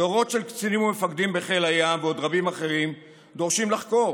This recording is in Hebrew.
דורות של קצינים ומפקדים בחיל הים ועוד רבים אחרים דורשים לחקור,